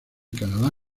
canadá